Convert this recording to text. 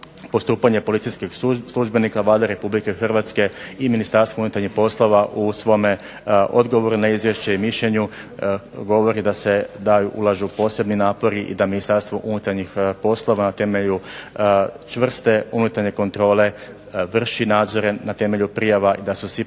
postupanje policijskih službenika Vlade Republike Hrvatske i Ministarstva unutarnjih poslova u svome odgovoru na izvješće i mišljenju govori da se ulažu posebni napori i da Ministarstvo unutarnjih poslova na temelju čvrste unutarnje kontrole vrši nadzore na temelju prijava, i da su svi